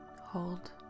Hold